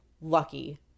lucky